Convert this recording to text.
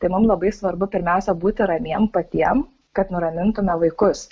tai mum labai svarbu pirmiausia būti ramiem patiem kad nuramintume vaikus